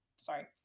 sorry